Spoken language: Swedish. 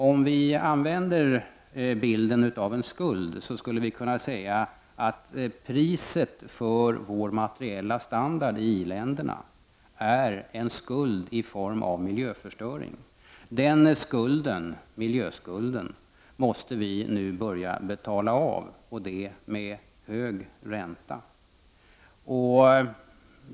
Om vi använder bilden av en skuld, skulle vi kunna säga att priset för vår materiella standard i i-länderna är en skuld i form av miljöförstöring. Den skulden, miljöskulden, måste vi nu börja betala av, och det med hög ränta.